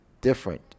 different